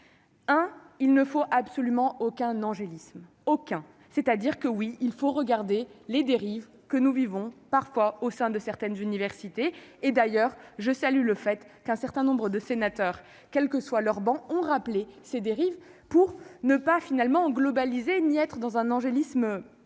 Hein, il ne faut absolument aucun angélisme aucun, c'est à dire que oui, il faut regarder les dérives que nous vivons parfois au sein de certaines universités et d'ailleurs je salue le fait qu'un certain nombre de sénateurs, quelle que soit leur banc ont rappelé ces dérives pour ne pas finalement globalisé naître dans un angélisme plan